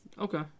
Okay